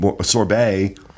sorbet